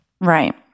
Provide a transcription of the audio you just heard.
Right